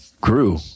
grew